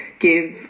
give